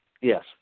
Yes